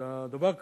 היה דבר כזה.